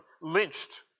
lynched